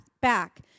back